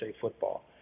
Football